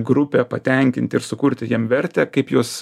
grupę patenkint ir sukurti jiem vertę kaip juos